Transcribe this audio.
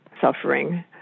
suffering